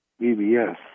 BBS